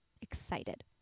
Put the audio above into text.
excited